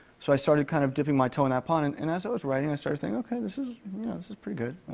so i started kind of dipping my toe in that pond. and and as i was writing i started thinking, okay, this is yeah this is pretty good.